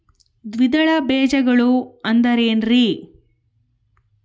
ದ್ವಿದಳ ಬೇಜಗಳು ಅಂದರೇನ್ರಿ?